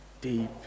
Deep